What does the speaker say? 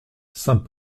saint